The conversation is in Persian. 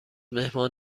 مهمان